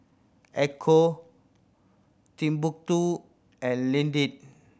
Ecco Timbuk Two and Lindt